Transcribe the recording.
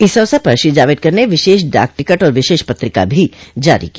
इस अवसर पर श्री जावड़ेकर ने विशेष डाक टिकट और विशेष पत्रिका भी जारी की